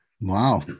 Wow